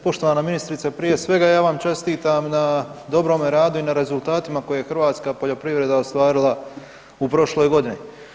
Poštovana ministrice, prije svega ja vam čestitam na dobrome radu i na rezultatima koje je hrvatska poljoprivreda ostvarila u prošloj godini.